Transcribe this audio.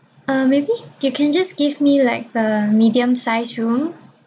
uh maybe you can just give me like the medium size room